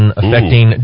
affecting